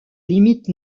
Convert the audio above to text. limite